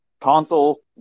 console